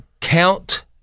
count